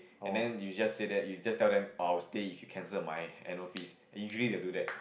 and then you just say that you just tell them I will stay if you cancel my annual fees and usually they do that